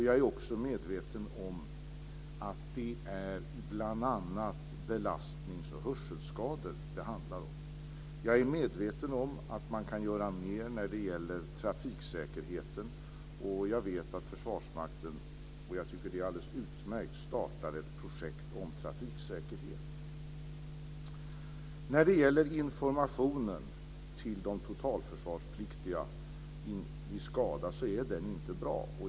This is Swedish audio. Jag är också medveten om att det bl.a. är belastnings och hörselskador det handlar om och att man kan göra mer när det gäller trafiksäkerheten. Jag vet att Försvarsmakten, vilket jag tycker är alldeles utmärkt, startar ett projekt om trafiksäkerhet. Informationen till de totalförsvarspliktiga vid skada är inte bra.